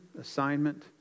assignment